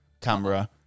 camera